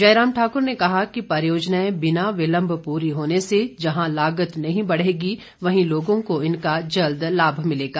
जयराम ठाकुर ने कहा कि परियोजनाएं बिना बिलंब पूरी होने से जहां लागत नहीं बढ़ेगी वहीं लोगों को इनका जल्द लाभ मिलेगा